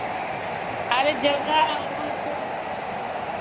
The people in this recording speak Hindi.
अरे जगह हो तो